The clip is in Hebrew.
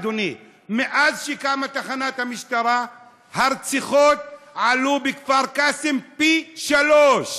אדוני: מאז שקמה תחנת המשטרה מספר הרציחות עלה בכפר קאסם פי שלושה.